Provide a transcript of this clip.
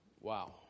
Wow